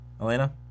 Elena